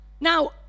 now